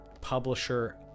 publisher